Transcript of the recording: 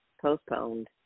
Postponed